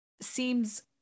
seems